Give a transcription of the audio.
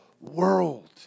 world